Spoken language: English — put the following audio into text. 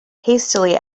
hastily